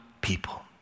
people